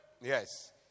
Yes